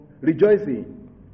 rejoicing